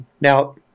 Now